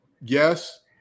yes